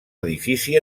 edifici